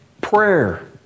prayer